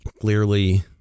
Clearly